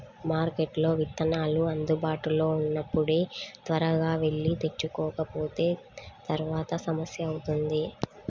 మార్కెట్లో విత్తనాలు అందుబాటులో ఉన్నప్పుడే త్వరగా వెళ్లి తెచ్చుకోకపోతే తర్వాత సమస్య అవుతుంది